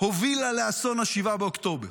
הובילה לאסון 7 באוקטובר,